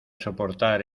soportar